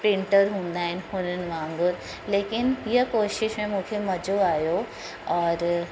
painter हूंदा आहिनि हुननि वागुंरु लेकिन इहा कोशिश में मूंखे मज़ो आहियो और